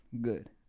Good